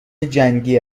جنگی